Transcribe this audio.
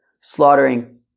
slaughtering